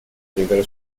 scrivere